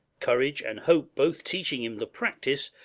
courage and hope both teaching him the practice,